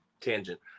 tangent